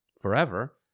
forever